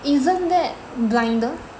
isn't that blinders